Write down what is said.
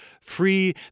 free